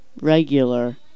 regular